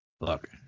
look